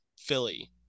Philly